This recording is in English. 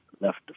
left